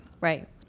Right